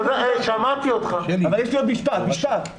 עוד משפט אחד, ברשותך.